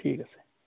ঠিক আছে